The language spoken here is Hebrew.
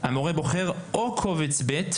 המורה בוחר או את קובץ ב',